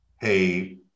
Hey